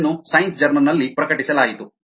ಇದನ್ನು science journal ನಲ್ಲಿ ಪ್ರಕಟಿಸಲಾಯಿತು